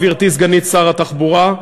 גברתי סגנית שר התחבורה,